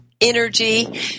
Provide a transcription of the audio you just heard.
energy